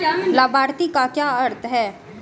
लाभार्थी का क्या अर्थ है?